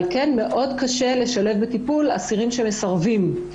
על כן מאוד קשה לשלב בטיפול אסירים שמסרבים.